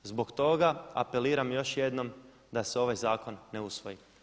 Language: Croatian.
Zbog toga apeliram još jednom da se ovaj zakon ne usvoji.